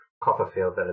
Copperfield